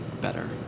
better